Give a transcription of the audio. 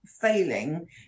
failing